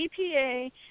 EPA